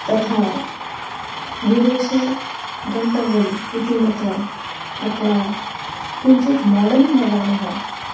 तथा विदेशे गन्तव्यम् इति मत्वा अथवा किञ्चित् मोडर्न् भवामः